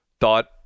thought